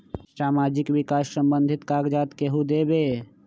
समाजीक विकास संबंधित कागज़ात केहु देबे?